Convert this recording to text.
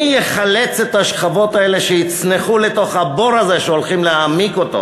מי יחלץ את השכבות האלה שיצנחו לתוך הבור הזה שהולכים להעמיק אותו